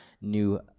new